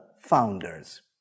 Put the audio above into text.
founders